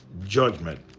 judgment